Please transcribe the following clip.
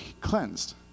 cleansed